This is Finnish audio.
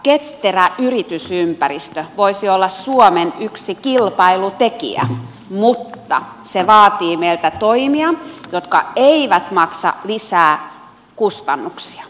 ketterä yritysympäristö voisi olla yksi suomen kilpailutekijä mutta se vaatii meiltä toimia jotka eivät maksa lisää kustannuksia